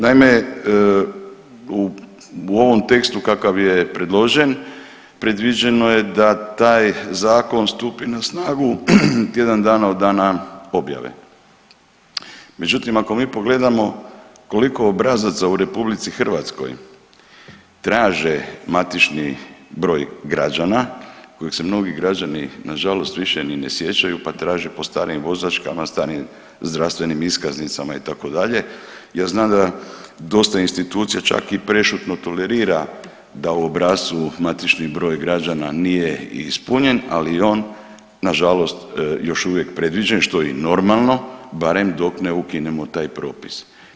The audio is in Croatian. Naime, u ovom tekstu kakav je predložen predviđeno je da taj zakon stupi na snagu tjedan dana od dana objave, međutim ako mi pogledamo koliko obrazaca u RH traže MB građana kojeg se mnogi građani nažalost više ni ne sjećaju pa traže po starim vozačkama, starim zdravstvenim iskaznicama itd., ja znam da dosta institucija čak i prešutno tolerira da u obrascu MB nije ispunjen, ali je on nažalost još uvijek predviđen, što je i normalno barem dok ne ukinemo taj propis.